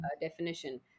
definition